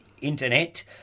internet